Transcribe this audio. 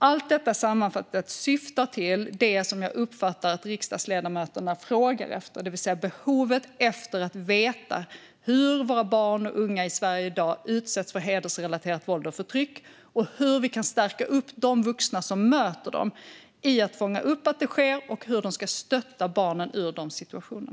Allt detta sammantaget syftar till det som jag uppfattar att riksdagsledamöterna frågar efter, det vill säga att möta behovet av att veta hur barn och unga i Sverige i dag utsätts för hedersrelaterat våld och förtryck och hur vi kan stärka de vuxna som möter dem när det gäller att fånga upp att det sker och hur de ska stötta barnen att komma ur dessa situationer.